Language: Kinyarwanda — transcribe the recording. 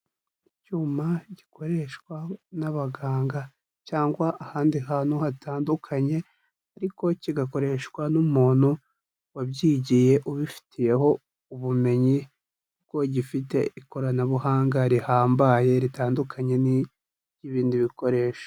Icyuma gikoreshwa n'abaganga cyangwa ahandi hantu hatandukanye ariko kigakoreshwa n'umuntu wabyigiye ubifitiyeho ubumenyi kuko gifite ikoranabuhanga rihambaye, ritandukanye n'ibindi bikoresho.